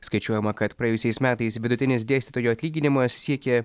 skaičiuojama kad praėjusiais metais vidutinis dėstytojo atlyginimas siekė